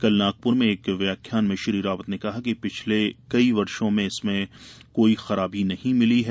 कल नागपुर में एक व्याख्यान में श्री रावत ने कहा कि पिछले कई वर्षो में इसमें कोई खराबी नहीं मिली है